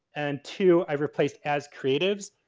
and two i've replaced as creatives,